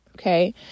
okay